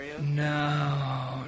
No